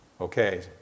Okay